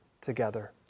together